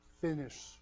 finish